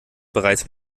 bereits